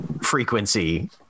frequency